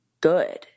good